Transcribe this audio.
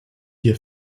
hier